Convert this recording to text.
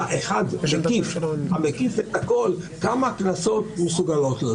שאף אחד לא יודע ושיקול דעת כל כך רחב וכל